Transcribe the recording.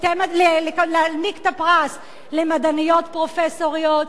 להעניק את הפרס למדעניות פרופסוריות,